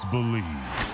Believe